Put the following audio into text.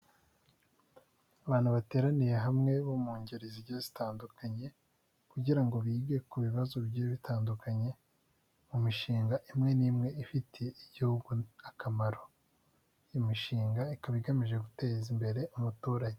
Abantu bateraniye hamwe bo mu ngeri zigiye zitandukanye kugira ngo bige ku bibazo bigiye bitandukanye, mu mishinga imwe n'imwe ifitiye Igihugu akamaro, imishinga ikaba igamije guteza imbere umuturage.